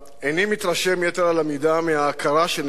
איני מתרשם יתר על המידה מההכרה שניתנה